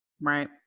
Right